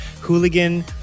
Hooligan